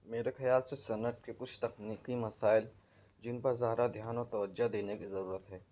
میرے خیال سے صنعت کی کچھ تکنیکی مسائل جن پر زیادہ دھیان و توجہ دینے کی ضرورت ہے